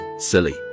Silly